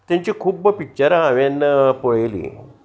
तेंची खूब्ब पिक्चरां हांवें पळयलीं